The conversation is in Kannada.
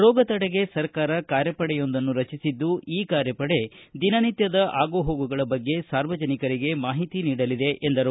ರೋಗ ತಡೆಗೆ ಸರ್ಕಾರ ಕಾರ್ಯಪಡೆಯೊಂದನ್ನು ರಚಿಸಿದ್ದು ಈ ಕಾರ್ಯಪಡೆ ದಿನನಿತ್ಯ ಆಗುಹೋಗುಗಳ ಬಗ್ಗೆ ಸಾರ್ವಜನಿಕರಿಗೆ ಮಾಹಿತಿ ನೀಡಲಿದೆ ಎಂದರು